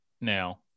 now